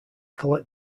collect